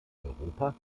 europa